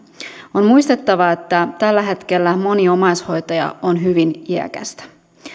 on muistettava että tällä hetkellä moni omaishoitaja on hyvin iäkäs